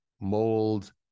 mold